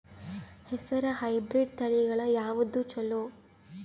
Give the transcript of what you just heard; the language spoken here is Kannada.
ಹೆಸರ ಹೈಬ್ರಿಡ್ ತಳಿಗಳ ಯಾವದು ಚಲೋ?